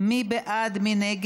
אני מבינה.